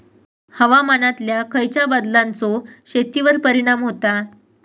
हवामानातल्या खयच्या बदलांचो शेतीवर परिणाम होता?